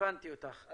הבנתי אותך.